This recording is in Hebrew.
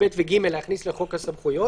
(ב) ו-(ג) להכניס לחוק הסמכויות,